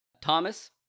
Thomas